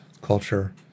culture